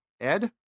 Ed